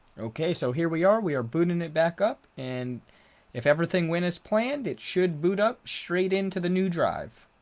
okay so here we are we are booting it back up and if everything went as planned it should boot up straight into the new drive.